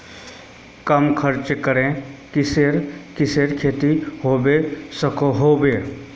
कम खर्च करे किसेर किसेर खेती होबे सकोहो होबे?